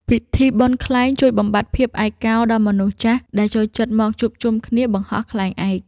ពិធីបុណ្យខ្លែងជួយបំបាត់ភាពឯកោដល់មនុស្សចាស់ដែលចូលចិត្តមកជួបជុំគ្នាបង្ហោះខ្លែងឯក។